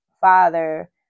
father